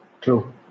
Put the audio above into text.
true